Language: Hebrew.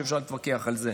ואפשר להתווכח על זה,